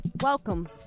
Welcome